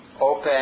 open